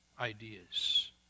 ideas